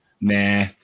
nah